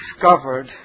discovered